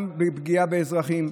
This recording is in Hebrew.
בפגיעה באזרחים,